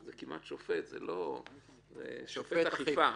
זה כמעט שופט, זה שופט אכיפה,